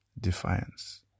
defiance